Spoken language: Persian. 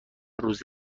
روز